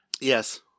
yes